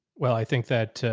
well, i think that,